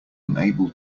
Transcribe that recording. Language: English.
unable